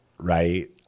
right